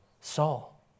Saul